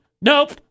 nope